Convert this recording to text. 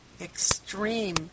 extreme